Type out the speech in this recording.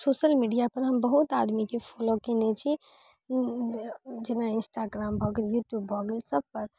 social मीडियापर हम बहुत आदमीके फॉलो केने छी जेना इन्सटाग्राम भऽ गेल यूट्यूब भऽ गेल